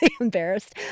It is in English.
embarrassed